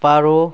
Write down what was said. पारो